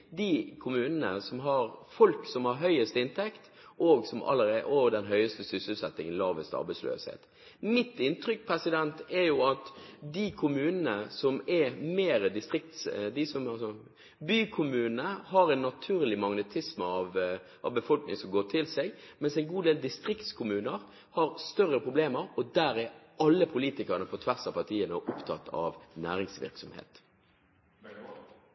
de kommunene som har folk med høyest inntekt, høyest sysselsetting og lavest arbeidsløshet. Mitt inntrykk er at bykommunene har en naturlig magnetisme på befolkning som kommer til seg, mens en god del distriktskommuner har større problemer, og der er alle politikerne på tvers av partiene opptatt av næringsvirksomhet.